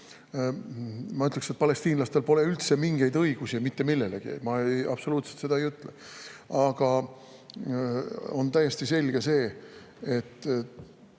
ma ütleksin, et palestiinlastel pole üldse mingeid õigusi mitte millelegi. Ma absoluutselt seda ei ütle. Aga on täiesti selge, et